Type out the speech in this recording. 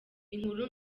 inkuru